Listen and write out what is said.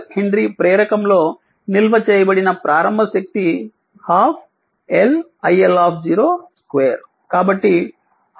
5 henry ప్రేరకంలో నిల్వ చేయబడిన ప్రారంభ శక్తి 12 L iL 2